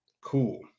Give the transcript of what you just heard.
Cool